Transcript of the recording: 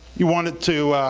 you want it to